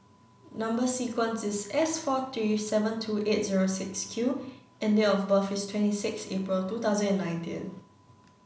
number sequence is S four three seven two eight zero six Q and date of birth is twenty six April two thousand and nineteen